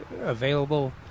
available